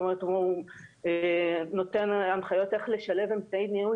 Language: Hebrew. הוא נותן הנחיות איך לשלב אמצעי ניהול